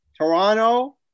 Toronto